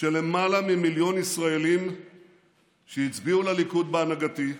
של למעלה ממיליון ישראלים שהצביעו לליכוד בהנהגתי,